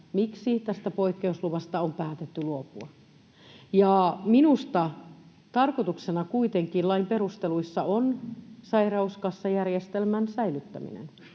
miksi tästä poikkeusluvasta on päätetty luopua. Minusta lain perusteluissa tarkoituksena kuitenkin on sairauskassajärjestelmän säilyttäminen,